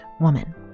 woman